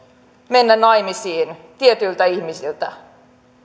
mennä naimisiin tietyiltä ihmisiltä